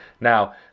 now